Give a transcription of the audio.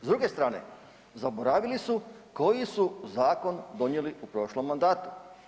S druge strane zaboravili su koji su zakon donijeli u prošlom mandatu.